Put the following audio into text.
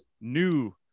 new